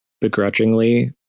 begrudgingly